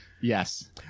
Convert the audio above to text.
Yes